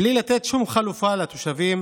בלי לתת שום חלופה לתושבים